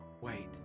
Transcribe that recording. Wait